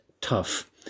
tough